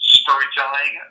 storytelling